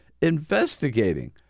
Investigating